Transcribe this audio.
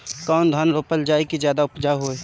कौन धान रोपल जाई कि ज्यादा उपजाव होई?